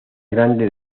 grande